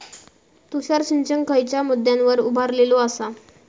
तुषार सिंचन खयच्या मुद्द्यांवर उभारलेलो आसा?